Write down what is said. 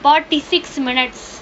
forty six minutes